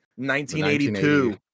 1982